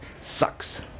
sucks